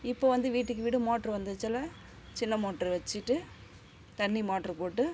இப்போ வந்து வீட்டுக்கு வீடு மோட்ரு வந்திருச்சால சின்ன மோட்ரு வச்சுட்டு தண்ணி மோட்ரு போட்டு